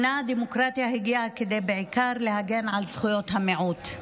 הדמוקרטיה הגיעה בעיקר להגן על זכויות המיעוט.